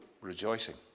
rejoicing